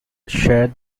shared